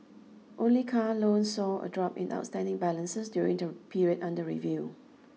only car loans saw a drop in outstanding balances during the period under review